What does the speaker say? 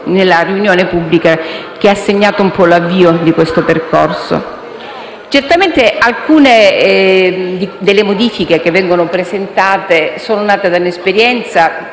Grazie